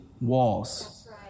walls